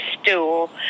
stool